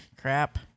Crap